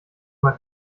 mal